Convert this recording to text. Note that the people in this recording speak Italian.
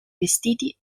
vestiti